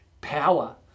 power